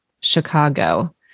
Chicago